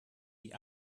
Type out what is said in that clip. die